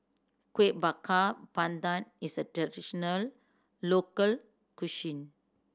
Kuih Bakar Pandan is a traditional local